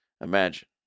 Imagine